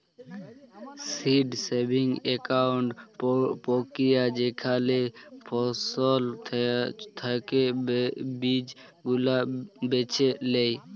seed saving আকটা প্রক্রিয়া যেখালে ফসল থাকি বীজ গুলা বেছে লেয়